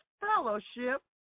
fellowship